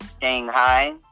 Shanghai